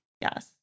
Yes